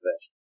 best